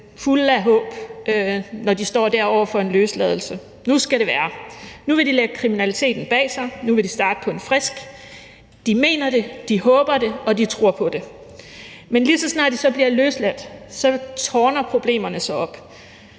fulde af håb, når de står der over for en løsladelse: Nu skal det være, nu vil de lægge kriminaliteten bag sig, nu vil de starte på en frisk. De mener det, de håber det, og de tror på det. Men lige så snart de bliver løsladt, tårner problemerne sig op.